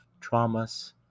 traumas